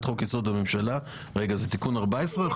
חוק-יסוד: הממשלה (תיקון מס' 14). טוב,